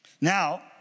Now